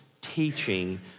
teaching